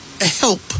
help